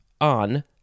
on